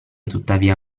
tuttavia